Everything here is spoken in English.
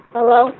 Hello